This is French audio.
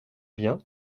bien